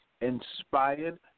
inspired